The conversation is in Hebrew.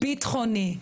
בטחוני.